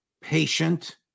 patient